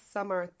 Summer